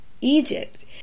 Egypt